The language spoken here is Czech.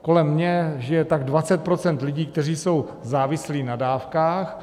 Kolem mě žije tak 20 % lidí, kteří jsou závislí na dávkách.